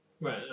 Right